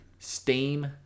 Steam